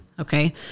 Okay